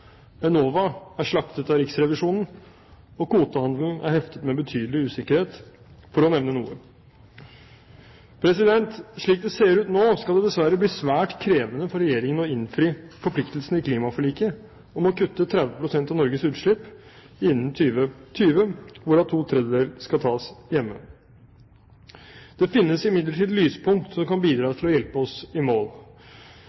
Enova er slaktet av Riksrevisjonen, og kvotehandelen er beheftet med betydelig usikkerhet – for å nevne noe. Slik det ser ut nå, skal det dessverre bli svært krevende for Regjeringen å innfri forpliktelsene i klimaforliket om å kutte 30 pst. av Norges utslipp innen 2020, hvorav to tredjedeler skal tas hjemme. Det finnes imidlertid lyspunkter som kan bidra